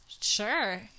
sure